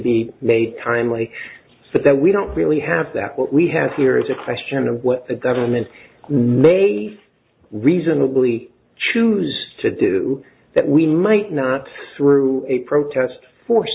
be made timely so that we don't really have that what we have here is a question of what the government no a reasonably chooses to do that we might not through a protest forced